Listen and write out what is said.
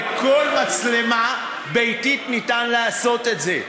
בכל מצלמה ביתית אפשר לעשות את זה.